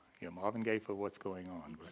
yeah marvin gayee for what's going on but